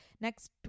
next